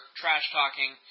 trash-talking